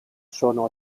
sono